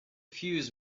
fuse